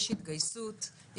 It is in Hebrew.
יש התגייסות,